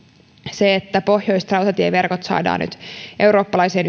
se että pohjoiset rautatieverkot saadaan nyt eurooppalaiseen